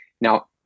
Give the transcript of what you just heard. Now